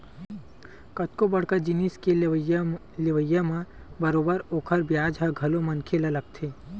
कतको बड़का जिनिस के लेवई म बरोबर ओखर बियाज ह घलो मनखे ल लगथे